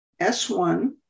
S1